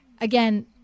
again